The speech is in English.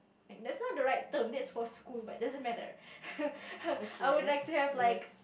that's not the right term that's for school but doesn't matter I would like to have like